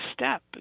step